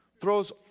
throws